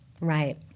right